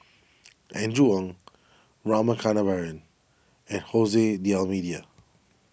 Andrew Ang Rama Kannabiran and Jose D'Almeida